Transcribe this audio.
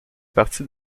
partie